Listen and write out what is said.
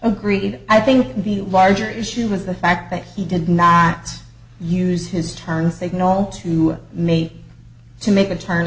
agreed i think the larger issue was the fact that he did not use his turn signal to make to make a turn